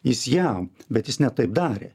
jis jam bet jis ne taip darė